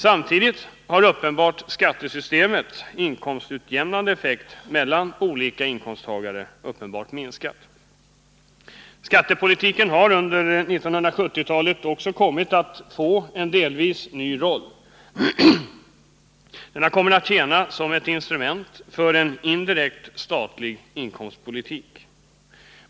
Samtidigt har skattesystemets inkomstutjämnande effekt mellan olika inkomsttagare uppenbart minskat. Skattepolitiken har under 1970-talet också kommit att få en delvis ny roll. Den har kommit att tjäna som instrument för en indirekt statlig inkomstpolitik.